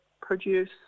produce